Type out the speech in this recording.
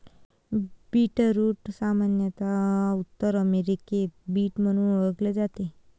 beetroot सामान्यत उत्तर अमेरिकेत बीट म्हणून ओळखले जाते